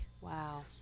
Wow